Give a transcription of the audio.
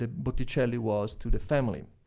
ah botticelli was to the family.